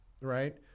right